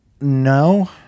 No